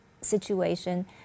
situation